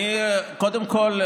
קודם כול,